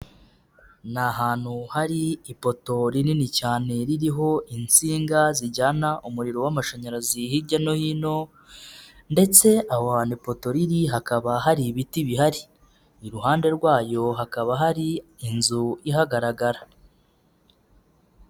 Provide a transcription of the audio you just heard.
Ni ahantu hari ipoto rinini cyane ririho insinga zijyana umuriro w'amashanyarazi hirya no hino ndetse aho hantu ipoto riri hakaba hari ibiti bihari. Iruhande rwayo hakaba hari inzu ihagaragara.